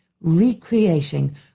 recreating